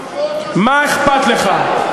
מה אכפת לך.